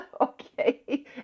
Okay